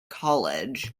college